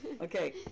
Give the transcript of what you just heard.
Okay